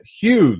huge